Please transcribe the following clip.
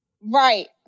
Right